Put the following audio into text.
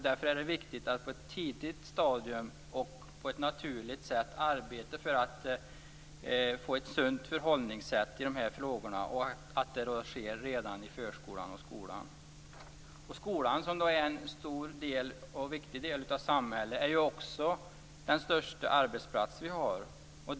Därför är det viktigt att på ett tidigt stadium och på ett naturligt sätt arbeta för att få en sunt förhållningssätt i de här frågorna. Det bör ske redan i förskolan och skolan. Skolan är en stor och viktig del av samhället. Det är ju också den största arbetsplatsen vi har.